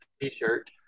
T-shirt